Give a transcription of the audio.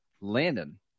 Landon